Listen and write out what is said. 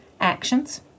Actions